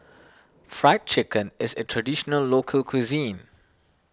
Fried Chicken is a Traditional Local Cuisine